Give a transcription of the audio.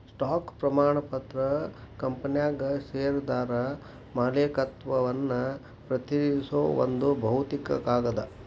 stock ಪ್ರಮಾಣ ಪತ್ರ ಕಂಪನ್ಯಾಗ ಷೇರ್ದಾರ ಮಾಲೇಕತ್ವವನ್ನ ಪ್ರತಿನಿಧಿಸೋ ಒಂದ್ ಭೌತಿಕ ಕಾಗದ